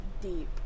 deep